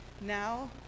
now